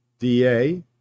DA